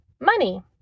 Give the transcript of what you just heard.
Money